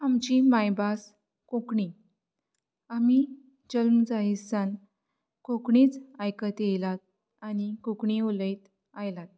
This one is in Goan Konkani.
आमची मायभास कोंकणी आमी जल्म जायत सान कोंकणीच आयकत येयलात आनी कोंकणी उलयत आयलात